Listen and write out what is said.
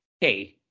hey